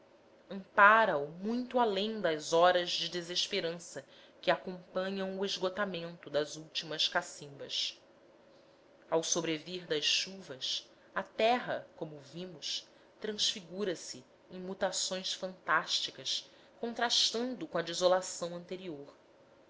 ampara o muito além das horas de desesperança que acompanham o esgotamento das últimas cacimbas ao sobrevir das chuvas a terra como vimos transfigura se em mutações fantásticas contrastando com a desolação anterior